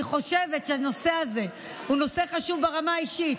אני חושבת שהנושא הזה הוא נושא חשוב ברמה האישית.